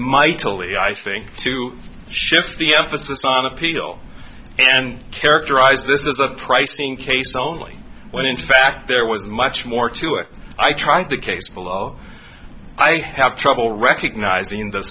mightily i think to shift the emphasis on appeal and characterize this as a pricing case only when in fact there was much more to it i tried the case below i have trouble recognizing the